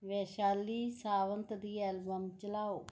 ਵੈਸ਼ਾਲੀ ਸਾਵੰਤ ਦੀ ਐਲਬਮ ਚਲਾਓ